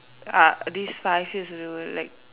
ah this five years we were like